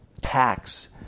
tax